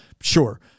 Sure